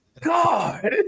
God